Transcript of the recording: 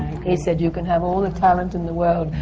he said, you can have all the talent in the world,